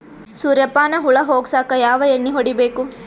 ಸುರ್ಯಪಾನ ಹುಳ ಹೊಗಸಕ ಯಾವ ಎಣ್ಣೆ ಹೊಡಿಬೇಕು?